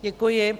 Děkuji.